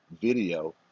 video